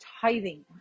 tithing